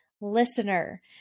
listener